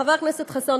חבר הכנסת חסון,